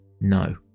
No